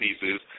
pieces